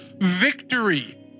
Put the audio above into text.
victory